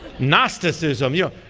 gnosticism. you know.